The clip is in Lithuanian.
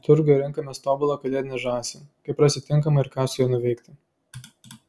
turguje renkamės tobulą kalėdinę žąsį kaip rasti tinkamą ir ką su ja nuveikti